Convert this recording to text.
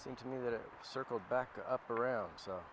seem to me that it circled back up around so